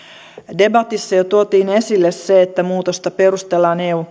debatissa jo tuotiin esille se että muutosta perustellaan eun